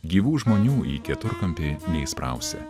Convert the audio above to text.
gyvų žmonių į keturkampį neįsprausi